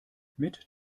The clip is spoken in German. mit